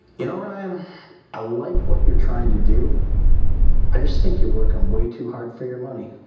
you know ryan i like what you're trying to do i just think you're working way too hard for your money.